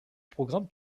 programmes